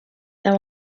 there